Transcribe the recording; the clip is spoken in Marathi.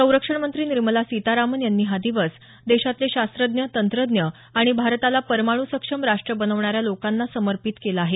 संरक्षण मंत्री निर्मला सीतारामन यांनी हा दिवस देशातले शास्त्रज्ञ तंत्रज्ञ आणि भारताला परमाण् सक्षम राष्ट बनवणार्या लोकांना समर्पित केला आहे